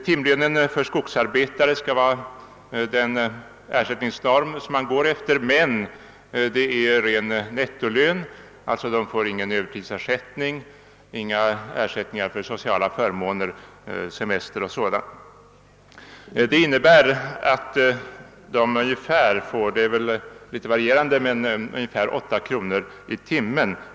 Timlönen för skogsarbete är ersättningsnorm, men man räknar med ren nettolön, och vederbörande får alltså ingen Övertidsersättning, ingen ersättning för sociala förmåner, semester m.m. Beloppet varierar litet men utgör i regel ungefär 8 kr. i timmen.